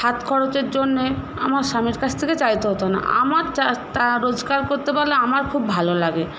হাত খরচের জন্যে আমার স্বামীর কাছ থেকে চাইতে হত না আমার রোজগার করতে পারলে আমার খুব ভালো লাগে